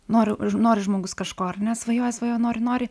noriu nori žmogus kažko ar ne svajoja svajoja nori nori